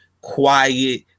quiet